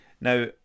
Now